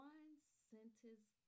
one-sentence